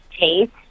taste